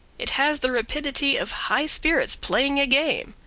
it has the rapidity of high spirits playing a game.